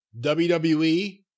WWE